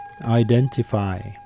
identify